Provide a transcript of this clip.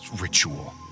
ritual